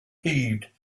heaved